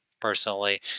personally